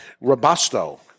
Robusto